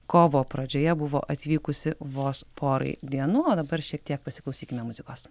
kovo pradžioje buvo atvykusi vos porai dienų o dabar šiek tiek pasiklausykime muzikos